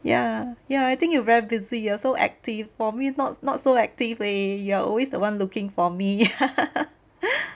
ya ya I think you very busy you are so active for me not not so active leh you are always the [one] looking for me